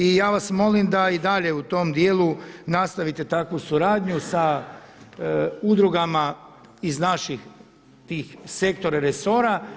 I ja vas molim da i dalje u tom dijelu nastavite takvu suradnju sa udrugama iz naših tih sektora i resora.